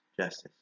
justice